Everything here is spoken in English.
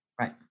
right